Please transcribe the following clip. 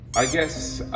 i guess